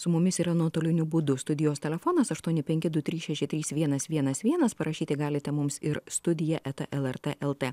su mumis yra nuotoliniu būdu studijos telefonas aštuoni penki du trys šeši trys vienas vienas vienas parašyti galite mums ir studija eta lrt lt